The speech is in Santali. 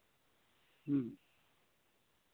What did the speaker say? ᱦᱩᱸ